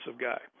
guy